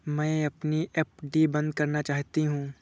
मैं अपनी एफ.डी बंद करना चाहती हूँ